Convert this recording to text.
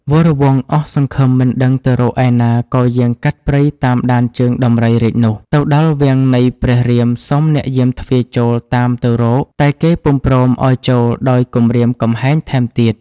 វរវង្ស អស់សង្ឃឹមមិនដឹងទៅរកឯណាក៏យាងកាត់ព្រៃតាមដានជើងដំរីរាជនោះ ទៅដល់វាំងនៃព្រះរៀមសុំអ្នកយាមទ្វារចូលតាមទៅរកតែគេពុំព្រមឲ្យចូលដោយគំរាមកំហែងថែមទៀត។